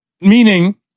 meaning